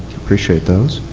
appreciate those.